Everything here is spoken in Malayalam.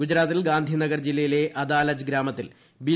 ഗുജറാത്തിൽ ഗാന്ധി നഗർ ജില്ലയിലെ അദാലജ് ഗ്രാമത്തിൽ ബി